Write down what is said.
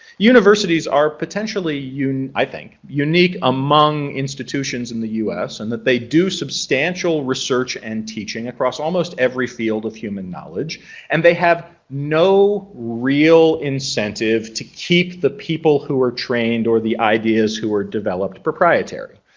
universities are potentially, you know i think, unique among institutions in the us and that they do substantial research and teaching across almost every field of human knowledge and they have no real incentive to keep the people who are trained or the ideas who are developed proprietary.